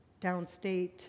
downstate